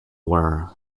were